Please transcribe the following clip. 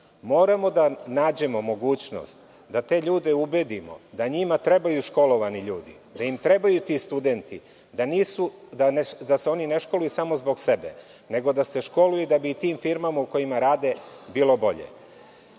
Moramo da nađemo mogućnost da te ljude ubedimo da njima trebaju školovani ljudi, da im trebaju ti studenti, da se oni ne školuju samo zbog sebe, nego da se školuju da bi tim firmama u kojima rade bilo bolje. Na